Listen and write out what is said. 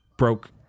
broke